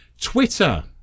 Twitter